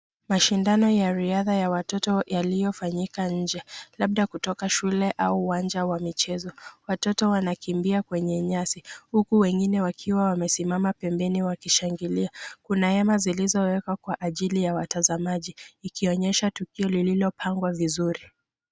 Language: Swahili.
Mashindano ya riadha ya watoto yaliyofanyika nje, labda kutoka shule au uwanja wa michezo, watoto wanakimbia kwenye nyasi huku wengine wakiwa wamesimama pembeni wakishangilia, kuna hema zilizowekwa kwa ajili ya watazamaji ikionyesha tukio lililopangwa vizuri.